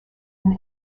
and